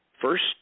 First